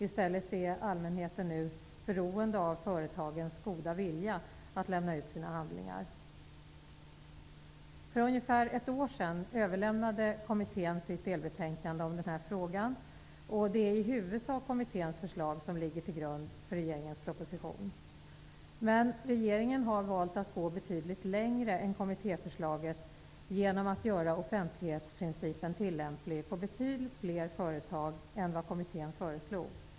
I stället är allmänheten nu beroende av företagens goda vilja att lämna ut sina handlingar. För ungefär ett år sedan överlämnade kommittén sitt delbetänkande. Det är i huvudsak kommitténs förslag som ligger till grund för regeringens proposition. Men regeringen har valt att gå betydligt längre än kommittéförslaget genom att göra offentlighetsprincipen tillämplig på betydligt fler företag än vad kommittén föreslog.